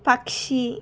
పక్షి